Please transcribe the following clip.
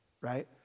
right